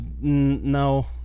No